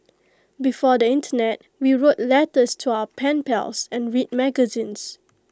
before the Internet we wrote letters to our pen pals and read magazines